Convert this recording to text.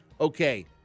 Okay